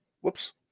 whoops